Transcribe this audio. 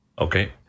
Okay